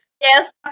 Yes